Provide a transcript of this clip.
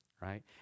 right